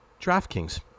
DraftKings